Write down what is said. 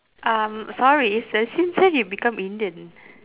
um sorry sir since when you become indian